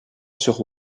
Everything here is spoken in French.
sur